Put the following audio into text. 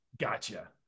gotcha